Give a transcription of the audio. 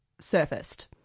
surfaced